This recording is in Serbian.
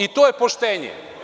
I to je poštenje.